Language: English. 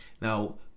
Now